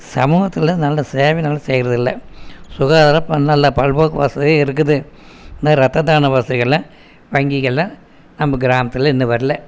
சமூகத்தில் நல்ல சேவை நல்லா செய்யறதில்லை சுகாதாரம் பண்ணலை பல்போக்கு வசதி இருக்குது இன்னும் ரத்த தான வசதிகளெலாம் வங்கிகளில் நம் கிராமத்தில் இன்னும் வரல